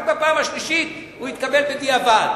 רק בפעם השלישית הוא התקבל בדיעבד.